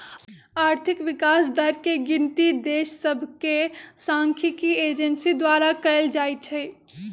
आर्थिक विकास दर के गिनति देश सभके सांख्यिकी एजेंसी द्वारा कएल जाइ छइ